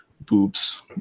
boobs